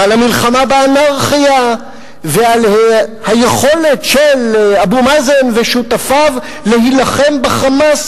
על המלחמה באנרכיה ועל היכולת של אבו מאזן ושותפיו להילחם ב"חמאס".